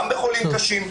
גם בחולים קשים,